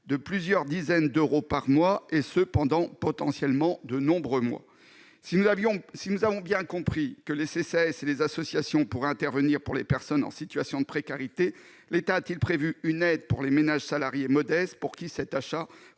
de plusieurs dizaines d'euros par mois, et ce pendant potentiellement de nombreux mois. Si nous avons bien compris que les centres communaux d'action sociale, les CCAS, et les associations pourraient intervenir pour les personnes en situation de précarité, l'État a-t-il prévu une aide pour les ménages salariés modestes pour lesquels cet achat